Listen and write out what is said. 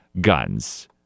guns